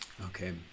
Okay